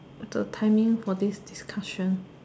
the timing for this discussion